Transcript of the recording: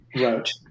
wrote